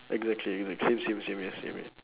exactly exact~ same same yes same yeah